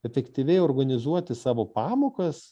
efektyviai organizuoti savo pamokas